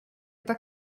tak